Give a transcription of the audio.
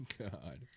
God